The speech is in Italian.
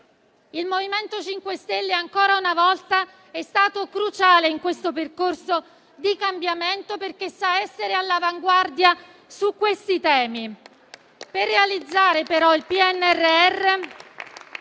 Il MoVimento 5 Stelle, ancora una volta, è stato cruciale in questo percorso di cambiamento, perché sa essere all'avanguardia su questi temi. Per realizzare il PNRR